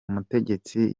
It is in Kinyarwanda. mutegetsi